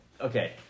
okay